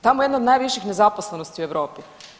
Tamo je jedna od najviših nezaposlenosti u Europi.